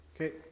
okay